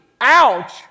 Ouch